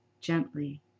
gently